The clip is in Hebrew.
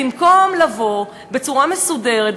במקום לבוא בצורה מסודרת,